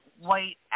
white